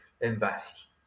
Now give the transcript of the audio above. invest